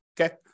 okay